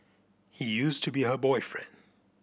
he used to be her boyfriend